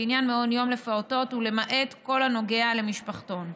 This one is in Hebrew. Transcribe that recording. לעניין מעון יום לפעוטות ולמעט כל הנוגע למשפחתון,